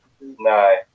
No